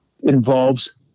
involves